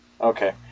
Okay